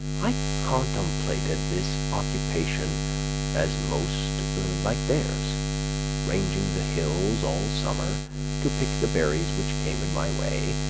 i contemplated this occupation as most like theirs ranging the hills all summer to pick the berries which came in my way,